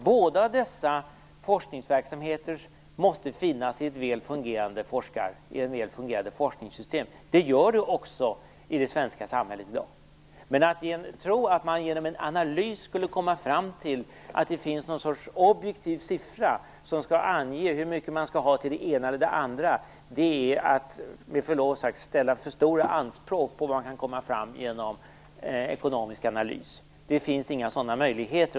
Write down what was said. Båda dessa forskningsverksamheter måste finnas i ett väl fungerande forskningssystem. Det gör de också i det svenska samhället i dag. Men att tro att man genom en analys skulle komma fram till att det finns någon sorts objektiv siffra som anger hur mycket man skall ha till det ena eller det andra är med förlov sagt att ha för stora anspråk på vad som kan komma fram genom ekonomisk analys. Det finns inga sådana möjligheter.